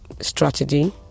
Strategy